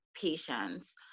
patients